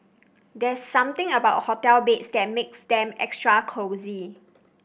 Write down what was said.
there's something about hotel beds that makes them extra cosy